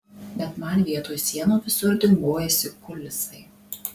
bet man vietoj sienų visur dingojasi kulisai